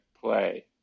play